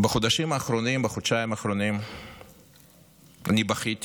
בחודשיים האחרונים אני בכיתי